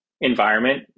environment